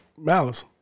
Malice